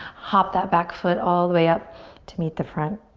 hop that back foot all the way up to meet the front.